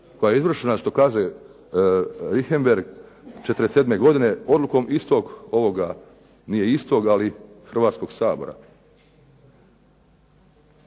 koja je izvršena što kaže Richembergh 47. godine odlukom istog ovoga, nije istoga ali Hrvatskoga sabora.